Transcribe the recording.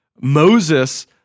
Moses